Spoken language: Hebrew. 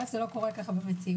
אל"ף, זה לא קורה כך במציאות.